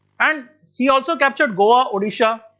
and he also captured goa, odisha.